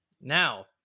Now